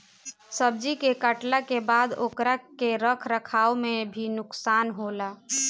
सब्जी के काटला के बाद ओकरा के रख रखाव में भी नुकसान होला